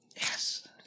Yes